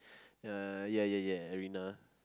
uh ya ya ya Arina